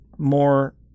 more